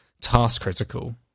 task-critical